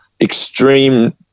extreme